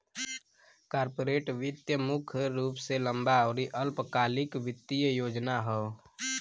corporate वित्त मुख्य रूप से लंबा आउर अल्पकालिक वित्तीय योजना हौ